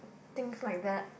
things like that